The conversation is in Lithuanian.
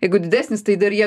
jeigu didesnis tai dar jie